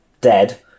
dead